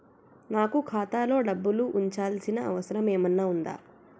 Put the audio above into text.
నాకు ఖాతాలో డబ్బులు ఉంచాల్సిన అవసరం ఏమన్నా ఉందా?